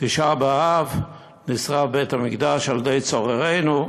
תשעה באב, נשרף בית המקדש על ידי צוררינו.